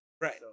Right